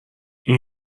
این